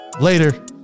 Later